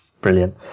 brilliant